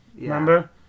Remember